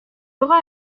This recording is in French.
aura